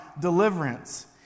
deliverance